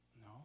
No